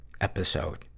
episode